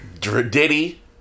Diddy